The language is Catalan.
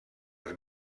els